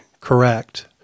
correct